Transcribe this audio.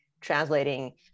translating